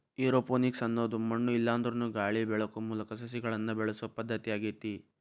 aeroponics ಅನ್ನೋದು ಮಣ್ಣು ಇಲ್ಲಾಂದ್ರನು ಗಾಳಿ ಬೆಳಕು ಮೂಲಕ ಸಸಿಗಳನ್ನ ಬೆಳಿಸೋ ಪದ್ಧತಿ ಆಗೇತಿ